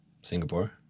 Singapore